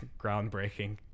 groundbreaking